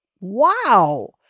Wow